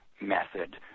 method